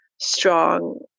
strong